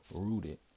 rooted